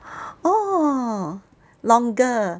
orh longer